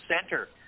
center